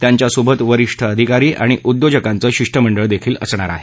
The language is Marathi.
त्यांच्यासोबत वरिष्ठ अधिकारी आणि उद्योजकांचं शिष्टमंडळ देखील असणार आहे